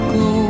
go